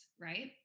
right